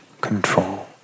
control